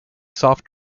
soft